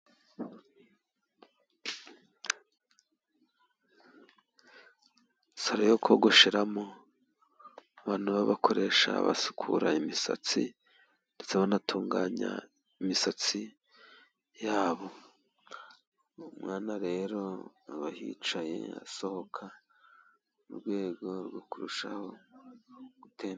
Salo yo kogosheramo abantu b'abakoresha basukura imisatsi, ndetse banatunganya imisatsi yabo. Umwana rero aba ahicaye asohoka mu rwego rwo kurushaho gute...